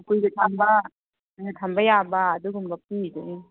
ꯀꯨꯏꯅ ꯊꯝꯕ ꯀꯨꯏꯅ ꯊꯝꯕ ꯌꯥꯕ ꯑꯗꯨꯒꯨꯝꯕ ꯄꯤꯔꯤꯗꯣ ꯑꯩꯅ